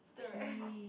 the rest